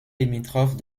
limitrophe